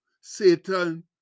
Satan